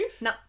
No